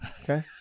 Okay